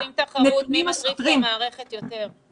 עושים תחרות מי מטריף את המערכת יותר.